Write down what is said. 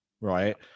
Right